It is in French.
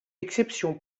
exception